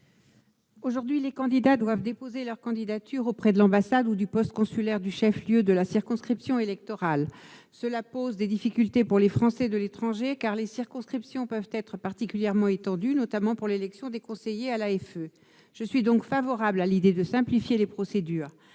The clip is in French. Aujourd'hui, les candidats doivent déposer leur candidature auprès de l'ambassade ou du poste consulaire du chef-lieu de la circonscription électorale. Cela pose des difficultés pour les Français de l'étranger, car les circonscriptions peuvent être particulièrement étendues, notamment pour l'élection des conseillers à l'Assemblée des Français de l'étranger. Je suis donc favorable à l'idée de simplifier les procédures.